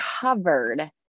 covered